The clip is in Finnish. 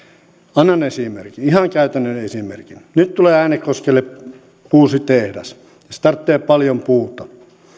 annan esimerkin ihan käytännön esimerkin nyt tulee äänekoskelle uusi tehdas se tarvitsee paljon puuta